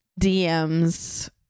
dms